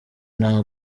nta